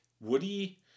Woody